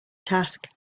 task